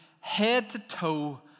head-to-toe